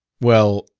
well,